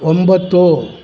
ಒಂಬತ್ತು